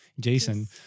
jason